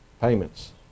Payments